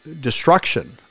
destruction